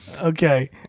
Okay